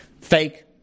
Fake